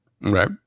Right